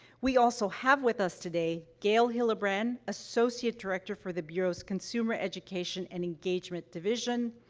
we also have with us today gail hillebrand, associate director for the bureau's consumer education and engagement division,